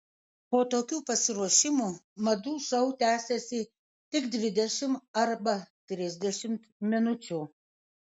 po tokių pasiruošimų madų šou tęsiasi tik dvidešimt arba trisdešimt minučių